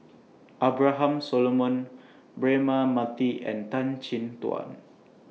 Abraham Solomon Braema Mathi and Tan Chin Tuan